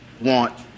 want